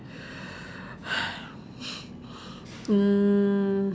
mm